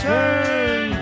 Turn